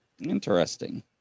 Interesting